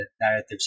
narratives